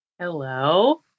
Hello